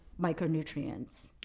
micronutrients